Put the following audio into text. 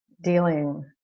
dealing